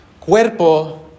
cuerpo